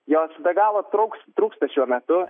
jos be galo trūks trūksta šiuo metu